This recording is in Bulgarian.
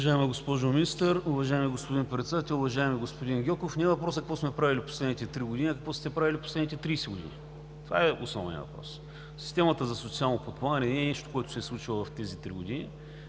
Уважаема госпожо Министър, уважаеми господин Председател, уважаеми господин Гьоков! Не е въпросът какво сме правили в последните три години, а какво сте правили в последните 30 години? Това е основният въпрос. Системата за социално подпомагане не е нещо, което се случва в тези три години.